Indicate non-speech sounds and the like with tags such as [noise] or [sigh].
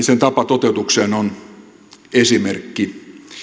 [unintelligible] sen toteutuksen tapa on tästä esimerkki